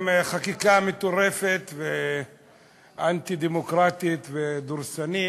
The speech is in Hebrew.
עם חקיקה מטורפת ואנטי-דמוקרטית ודורסנית,